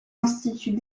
instituts